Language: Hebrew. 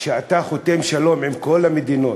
כשאתה חותם על הסכם שלום עם כל המדינות,